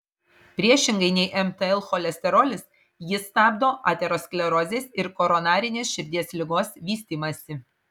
priešingai nei mtl cholesterolis jis stabdo aterosklerozės ir koronarinės širdies ligos vystymąsi